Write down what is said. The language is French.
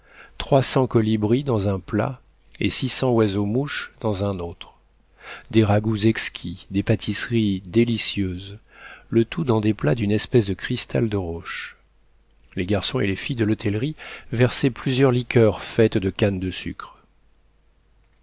cents colibris dans un plat et six cents oiseaux-mouches dans un autre des ragoûts exquis des pâtisseries délicieuses le tout dans des plats d'une espèce de cristal de roche les garçons et les filles de l'hôtellerie versaient plusieurs liqueurs faites de cannes de sucre